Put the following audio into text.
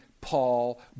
Paul